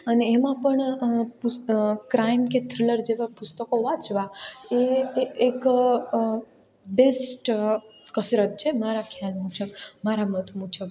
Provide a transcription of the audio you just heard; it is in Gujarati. અને એમાં પણ ક્રાઇમ કે થ્રિલર જેવાં પુસ્તકો વાંચવાં એ એક બેસ્ટ કસરત છે મારા ખ્યાલ મુજબ મારા મત મુજબ